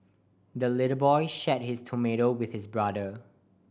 the little boy shared his tomato with his brother